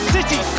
City